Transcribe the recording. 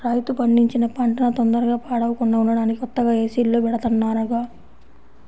రైతు పండించిన పంటన తొందరగా పాడవకుండా ఉంటానికి కొత్తగా ఏసీల్లో బెడతన్నారుగా